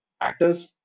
actors